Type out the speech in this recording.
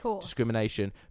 discrimination